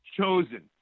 chosen –